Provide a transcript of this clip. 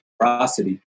prosody